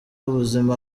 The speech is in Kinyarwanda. ubuzima